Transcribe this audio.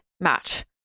match